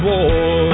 War